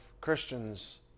Christians